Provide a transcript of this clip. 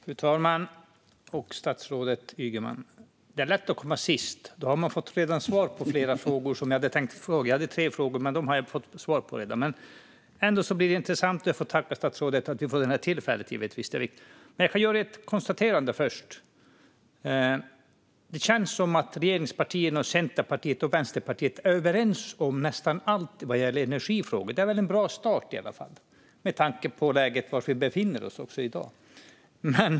Fru talman! Statsrådet Ygeman! Det är lätt att komma sist. Jag hade tänkt ställa tre frågor, men dem har jag redan fått svar på. Men det är ändå intressant, och jag tackar statsrådet för att vi får det här tillfället. Jag kan först konstatera att det känns som att regeringspartierna, Centerpartiet och Vänsterpartiet är överens om nästan allt vad gäller energifrågor. Det är väl i alla fall en bra start, med tanke på läget vi befinner oss i i dag.